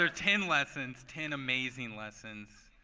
ah ten lessons, ten amazing lessons.